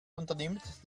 unternimmt